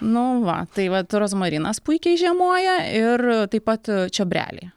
nu va tai va rozmarinas puikiai žiemoja ir taip pat čiobreliai